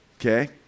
okay